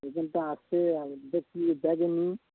ওখানটা আছে আর দেখছি যে ব্যাগে নেই